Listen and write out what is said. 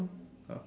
ah